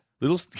Little